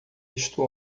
isto